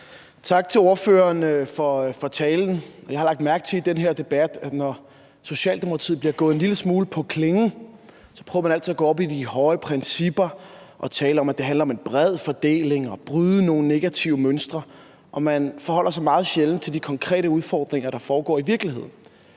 Tak til ordføreren for talen. Jeg har lagt mærke til i den her debat, at når Socialdemokratiet bliver gået en lille smule på klingen, prøver man altid på at gå op i de høje principper og tale om, at det handler om en bred fordeling og om at bryde nogle negative mønstre. Man forholder sig meget sjældent til de konkrete udfordringer, der er i virkeligheden.